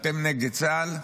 אתם נגד צה"ל?